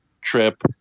trip